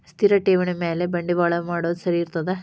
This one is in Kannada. ಸ್ಥಿರ ಠೇವಣಿ ಮ್ಯಾಲೆ ಬಂಡವಾಳಾ ಹೂಡೋದು ಸರಿ ಇರ್ತದಾ?